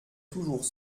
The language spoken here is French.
toujours